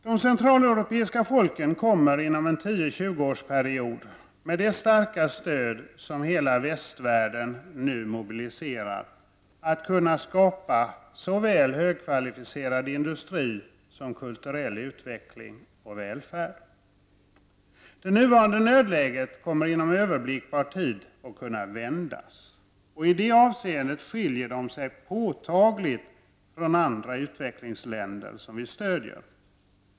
De centraleuropeiska folken kommer inom en tio-, tjugoårsperiod, med det starka stöd som hela västvärlden nu mobiliserar, att kunna skapa såväl högkvalificerad industri som kulturell utveckling och välfärd. Det nuvarande nödläget kommer inom överblickbar tid att kunna vändas. I det avseendet skiljer sig dessa länder påtagligt från andra utvecklingsländer som vi stödjer.